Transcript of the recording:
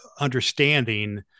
understanding